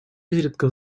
изредка